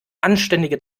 anständige